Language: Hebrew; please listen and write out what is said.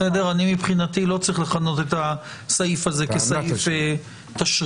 אני מבחינתי לא צריך לכנות את הסעיף הזה כסעיף תשריר.